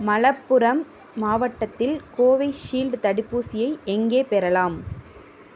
மலப்புரம் மாவட்டத்தில் கோவைஷீல்டு தடுப்பூசியை எங்கே பெறலாம்